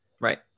Right